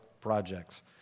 projects